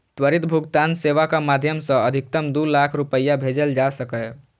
त्वरित भुगतान सेवाक माध्यम सं अधिकतम दू लाख रुपैया भेजल जा सकैए